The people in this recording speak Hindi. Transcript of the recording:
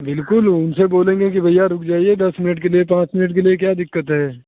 बिल्कुल उनसे बोलेंगे कि भैया रुक जाईये दस मिनट के लिए पाँच मिनट के लिए क्या दिक्कत है